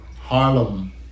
Harlem